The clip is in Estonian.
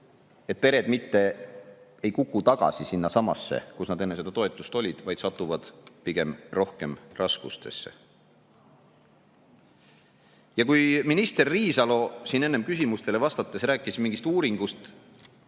et pered mitte ei kuku tagasi sinnasamasse, kus nad enne seda toetust olid, vaid satuvad pigem rohkem raskustesse. Kui minister Riisalo siin enne küsimustele vastates rääkis mingist uuringust,